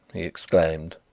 he exclaimed.